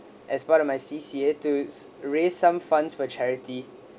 as part of my C_C_A to s~ raise some funds for charity